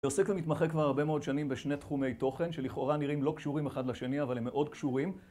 עוסק ומתמחה כבר הרבה מאוד שנים בשני תחומי תוכן, שלכאורה נראים לא קשורים אחד לשני, אבל הם מאוד קשורים